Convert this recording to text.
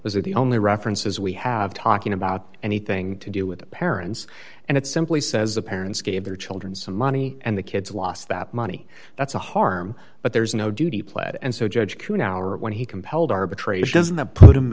are the only references we have talking about anything to do with the parents and it simply says the parents gave their children some money and the kids lost that money that's a harm but there's no duty played and so judge who now or when he compelled arbitration doesn't that put